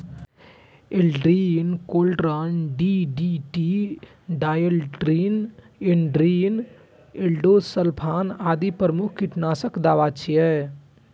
Aldrin, chlordane, DDT, dieldrin, endrin, endosulfan आदि प्रमुख कीटनाशक छियै